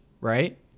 Right